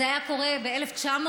זה היה קורה ב-1995.